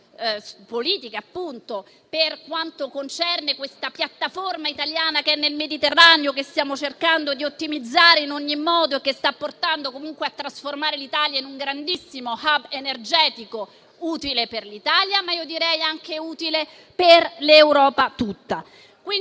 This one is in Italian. geopolitiche, appunto, per quanto concerne la piattaforma italiana che è nel Mediterraneo, che stiamo cercando di ottimizzare in ogni modo e che sta portando a trasformare l'Italia in un grandissimo *hub* energetico, utile per l'Italia, ma direi utile per l'Europa tutta.